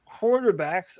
quarterbacks